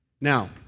Now